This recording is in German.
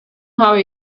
habe